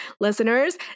listeners